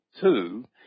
two